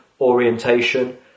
orientation